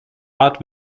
art